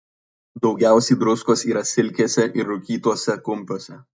daugiausia druskos yra silkėse ir rūkytuose kumpiuose